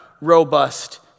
robust